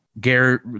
Garrett